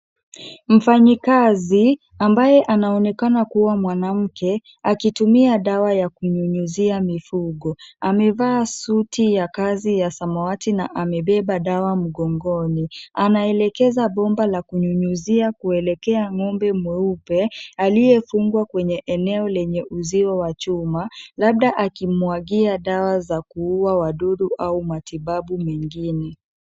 Mfanyikazi ambaye anaonekana kuwa mwanamke akitumia dawa ya kunyunyuzia mifugo. Amevaa suti ya kazi ya samawati na amebeba dawa mgongoni. Anaelekeza bomba la kunyunyuzia kuelekea ng'ombe mweupe aliyefungwa kwenye eneo lenye uzio wa chuma labda akimmwangia dawa za kuua wadudu au matibabu mengine.